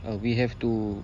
err we have to